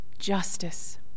justice